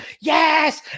yes